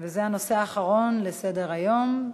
זה הנושא האחרון בסדר-היום.